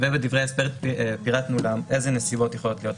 ובדברי ההסבר גם פירטנו איזה נסיבות יכולות להיות.